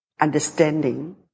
understanding